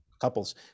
couples